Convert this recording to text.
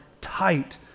tight